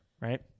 right